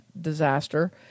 disaster